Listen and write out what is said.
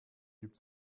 gibt